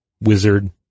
wizard